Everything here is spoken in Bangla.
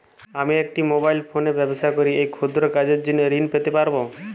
আমি একটি মোবাইল ফোনে ব্যবসা করি এই ক্ষুদ্র কাজের জন্য ঋণ পেতে পারব?